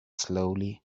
slowly